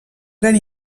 gran